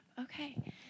Okay